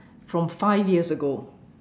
from five years ago